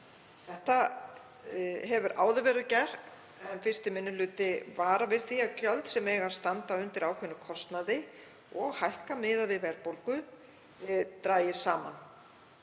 Þetta hefur áður verið gert en 1. minni hluti varar við því að gjöld sem eiga að standa undir ákveðnum kostnaði og hækka miðað við verðbólgu dragist saman